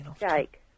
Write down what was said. Jake